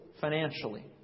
financially